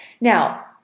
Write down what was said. Now